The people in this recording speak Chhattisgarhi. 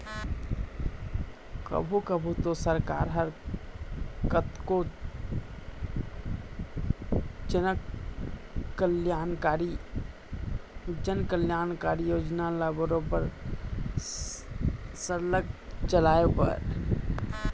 कभू कभू तो सरकार ह कतको जनकल्यानकारी योजना ल बरोबर सरलग चलाए बर